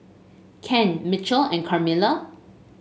Ken Mitchell and Carmela